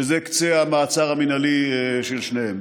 שזה קצה המעצר המינהלי של שניהם.